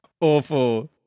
Awful